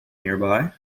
nearby